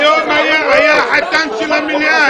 היום הוא היה החתן של המליאה,